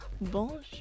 Bonjour